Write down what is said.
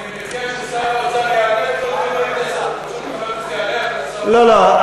אני מציע ששר האוצר, לא, לא.